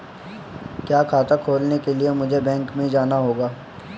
क्या खाता खोलने के लिए मुझे बैंक में जाना होगा?